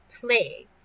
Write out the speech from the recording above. play